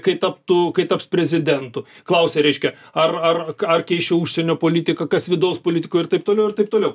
kai taptų kai taps prezidentu klausia reiškia ar ar ką ar keisčiau užsienio politiką kas vidaus politikoj ir taip toliau ir taip toliau